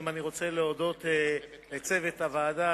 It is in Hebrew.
ראשית אני רוצה להודות לצוות הוועדה